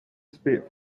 spit